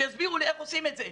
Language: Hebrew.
שיסבירו לי איך עושים את זה.